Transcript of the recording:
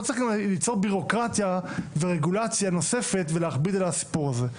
לא צריך גם ליצור בירוקרטיה ורגולציה נוספת ולהכביד על הסיפור הזה.